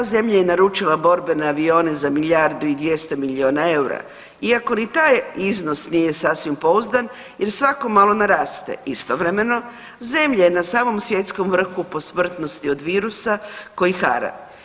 Ta zemlja je naručila borbene avione za milijardu i 200 milijuna eura iako ni taj iznos nije sasvim pouzdan jer svako malo naraste istovremeno zemlja na samom svjetskom vrhu po smrtnosti od virusa koji hara.